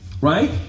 right